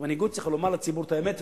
ומנהיגות צריכה לומר לציבור את האמת,